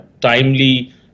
timely